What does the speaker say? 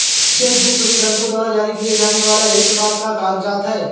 check book सभी बैंको द्वारा जारी किए जाने वाला एक प्रकार का कागज़ात है